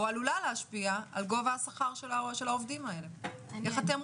או עלולה להשפיע על גובה השכר של העובדים הלאה.